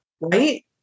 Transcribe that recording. right